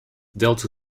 delta